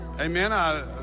Amen